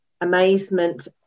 amazement